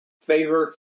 favor